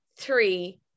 three